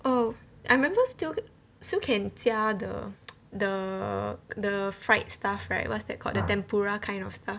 oh I remember still still can 加 the the the fried stuff right what's that called the tempura kind of stuff